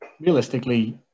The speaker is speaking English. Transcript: realistically